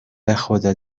بخدا